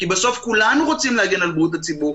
כי בסוף כולנו רוצים להגן על בריאות הציבור.